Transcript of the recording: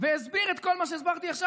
והסביר את כל מה שהסברתי עכשיו.